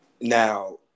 Now